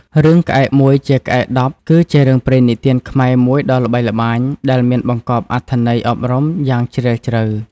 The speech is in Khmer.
រឿង "ក្អែកមួយជាក្អែកដប់" គឺជារឿងព្រេងនិទានខ្មែរមួយដ៏ល្បីល្បាញ ដែលមានបង្កប់អត្ថន័យអប់រំយ៉ាងជ្រាលជ្រៅ។